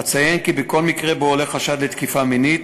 אציין כי בכל מקרה שבו עולה חשד לתקיפה מינית,